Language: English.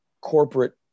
corporate